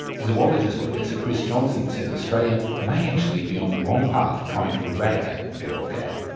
zoologist professor chris johnson says australia may actually be on the wrong path trying to eradicate the feral cat.